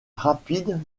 rapide